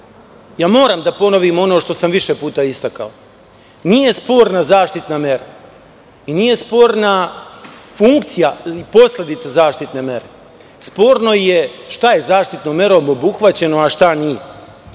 razlozi. Moram da ponovim ono što sam više puta istakao. Nije sporna zaštitna mera, nije sporna funkcija posledica zaštitne mere, sporno je šta je zaštitnom merom obuhvaćeno, a šta nije. Moram